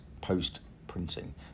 post-printing